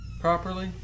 Properly